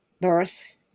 birth